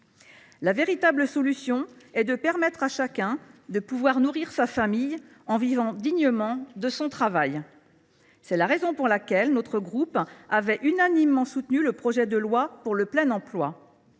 La véritable solution est de permettre à chacun de nourrir sa famille, en vivant dignement de son travail. C’est la raison pour laquelle notre groupe avait unanimement soutenu le projet de loi pour le plein emploi.